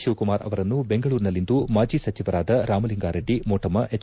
ಶಿವಕುಮಾರ್ ಅವರನ್ನು ಬೆಂಗಳೂರಿನಲ್ಲಿಂದು ಮಾಜಿ ಸಚಿವರಾದ ರಾಮಲಿಂಗಾ ರೆಡ್ಡಿ ಮೋಟಮ್ಮ ಎಚ್